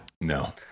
No